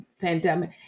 pandemic